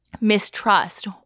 mistrust